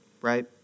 right